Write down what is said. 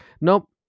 nope